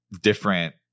different